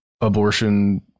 abortion